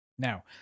Now